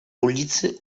ulicy